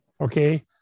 Okay